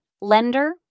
lender